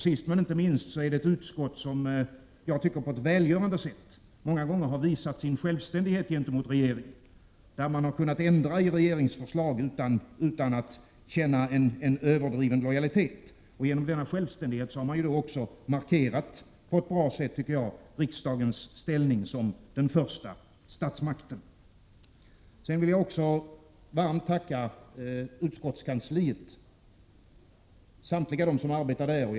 Sist men inte minst är det ett utskott som, tycker jag, på ett välgörande sätt många gånger har visat sin självständighet gentemot regeringen. Man har kunnat ändra i regeringsförslag utan att känna en överdriven lojalitet. Genom denna självständighet har också riksdagens ställning som den första statsmakten markerats på ett bra sätt. Jag vill också varmt tacka samtliga personer som arbetar på utskottskansliet.